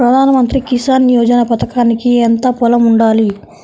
ప్రధాన మంత్రి కిసాన్ యోజన పథకానికి ఎంత పొలం ఉండాలి?